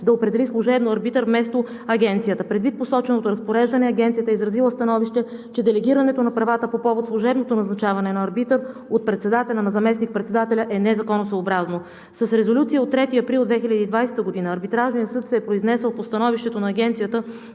да определи служебно арбитър вместо Агенцията. Предвид посоченото разпореждане Агенцията е изразила становище, че делегирането на правата по повод служебното назначаване на арбитър от председателя на заместник-председателя е незаконосъобразно. С резолюция от 3 април 2020 г. Арбитражният съд се е произнесъл по становището на Агенцията,